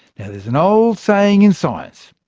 now there's an old saying in science,